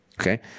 okay